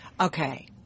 Okay